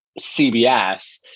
CBS